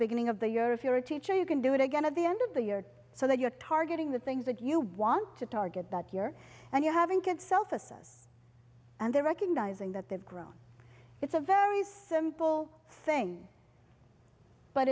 beginning of the year if you're a teacher you can do it again at the end of the year so that you're targeting the things that you want to target that year and you're having good self assess and they're recognizing that they've grown it's a very simple thing but